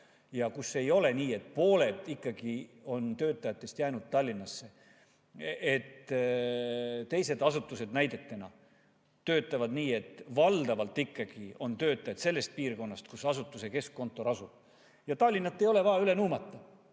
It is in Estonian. ja kus ei ole nii, et pooled töötajatest ikkagi on jäänud Tallinnasse. Teised asutused näidetena töötavad nii, et valdavalt ikkagi on töötajad sellest piirkonnast, kus asutuse keskkontor asub. Tallinna ei ole vaja üle nuumata.